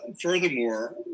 furthermore